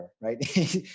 right